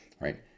right